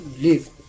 live